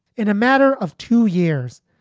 in a matter of two years,